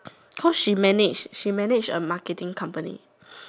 cause she manage she manage a marketing company